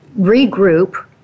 regroup